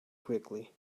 quickly